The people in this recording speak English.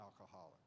alcoholic